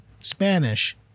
Spanish